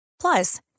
Plus